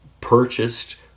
purchased